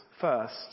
first